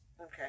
Okay